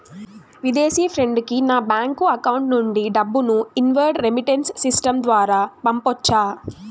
విదేశీ ఫ్రెండ్ కి నా బ్యాంకు అకౌంట్ నుండి డబ్బును ఇన్వార్డ్ రెమిట్టెన్స్ సిస్టం ద్వారా పంపొచ్చా?